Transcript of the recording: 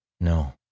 No